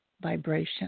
vibration